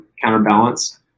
counterbalance